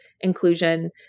inclusion